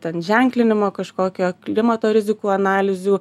ten ženklinimo kažkokio klimato rizikų analizių